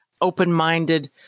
open-minded